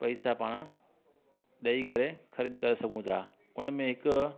पैसा पाण ॾेई करे ख़रीदी करे सघूं था उनमें हिकु